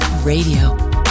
Radio